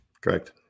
Correct